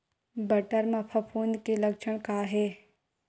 बटर म फफूंद के लक्षण का हे?